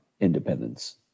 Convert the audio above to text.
independence